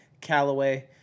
Callaway